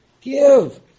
Give